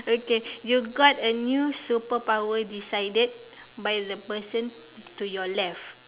okay you got a new superpower decided by the person to your left